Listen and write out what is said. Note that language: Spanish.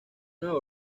nueva